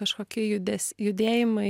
kažkokie judes judėjimai